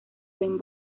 ven